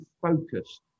focused